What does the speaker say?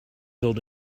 build